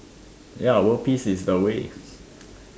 ya world peace is the way